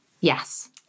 yes